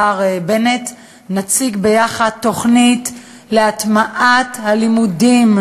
בנט נציג ביחד תוכנית להטמעת הנושא בלימודים.